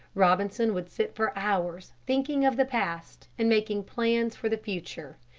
robinson would sit for hours thinking of the past and making plans for the future.